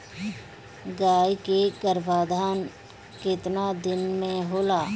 गाय के गरभाधान केतना दिन के होला?